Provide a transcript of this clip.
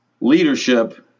leadership